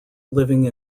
living